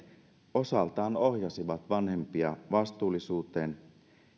osaltaan ohjasivat vanhempia vastuullisuuteen